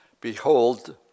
behold